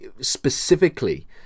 specifically